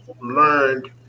learned